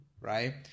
right